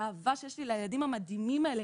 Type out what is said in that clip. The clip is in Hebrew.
האהבה שיש לי לילדים המדהימים האלה,